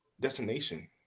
destination